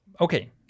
okay